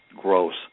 gross